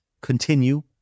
continue